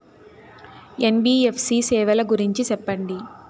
NBFC సేవల గురించి సెప్పండి?